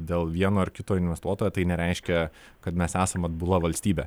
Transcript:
dėl vieno ar kito investuotojo tai nereiškia kad mes esam atbula valstybė